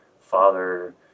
father